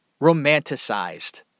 romanticized